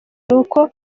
nuko